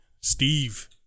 Steve